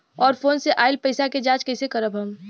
और फोन से आईल पैसा के जांच कैसे करब हम?